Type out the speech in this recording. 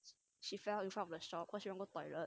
she fell in front of the shop cause she want to go toilet